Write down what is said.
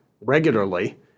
regularly